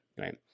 right